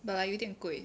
but like 有点贵